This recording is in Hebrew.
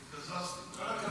פספסתי.